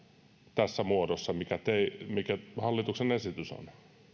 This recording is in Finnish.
tässä muodossa mikä hallituksen esitys on